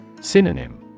Synonym